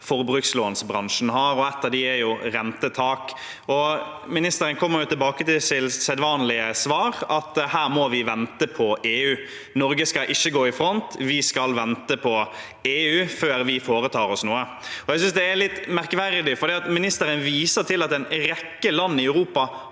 forbrukslånsbransjen har – ett av dem er rentetak. Ministeren kommer med sitt sedvanlige svar: Her må vi vente på EU; Norge skal ikke gå i front, vi skal vente på EU før vi foretar oss noe. Jeg synes det er litt merkverdig, for ministeren viser til at en rekke land i Europa